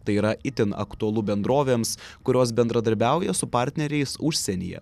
tai yra itin aktualu bendrovėms kurios bendradarbiauja su partneriais užsienyje